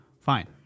fine